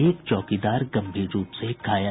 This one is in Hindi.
एक चौकीदार गंभीर रूप से घायल